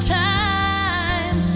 time